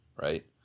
right